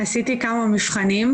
עשיתי כמה מבחנים.